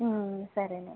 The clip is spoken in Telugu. సరేనండి